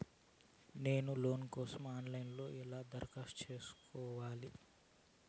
నేను లోను కోసం online లో ఎలా దరఖాస్తు ఎలా సేసుకోవాలి?